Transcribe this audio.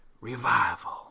revival